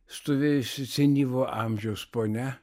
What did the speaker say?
stovėjusi senyvo amžiaus ponia